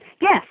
Yes